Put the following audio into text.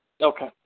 Okay